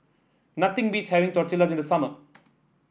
nothing beats having Tortilla in the summer